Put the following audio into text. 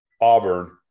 Auburn